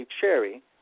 cherry